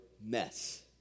mess